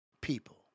people